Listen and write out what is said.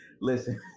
Listen